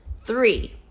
Three